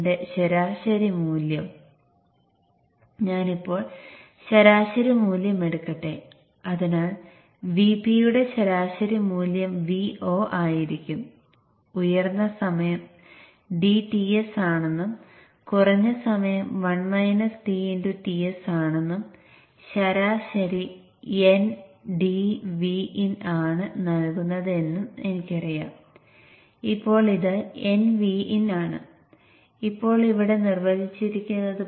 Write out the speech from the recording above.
Q1 ഉം Q2 ഉം ഒരേസമയം ഓണാകുന്ന തരത്തിൽ ഒരിക്കലും നൽകരുതെന്ന് എപ്പോഴും ഓർക്കുക